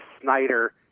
Snyder